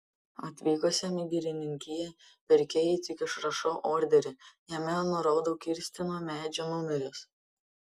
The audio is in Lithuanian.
atvykusiam į girininkiją pirkėjui tik išrašau orderį jame nurodau kirstinų medžių numerius